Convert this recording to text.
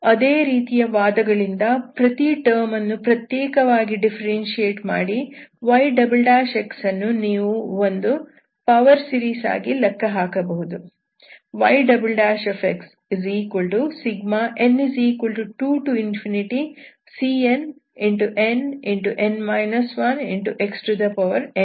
ಅದೇ ರೀತಿಯ ವಾದಗಳಿಂದ ಪ್ರತಿ ಟರ್ಮ್ ಅನ್ನು ಪ್ರತ್ಯೇಕವಾಗಿ ಡಿಫ್ಫೆರೆನ್ಶಿಯೇಟ್ ಮಾಡಿ y ಅನ್ನು ನೀವು ಒಂದು ಪವರ್ ಸೀರೀಸ್ ಆಗಿ ಲೆಕ್ಕಹಾಕಬಹುದು y n2cnnxn 2